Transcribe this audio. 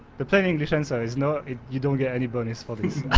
the plain english answer is no, you don't get any bonus for this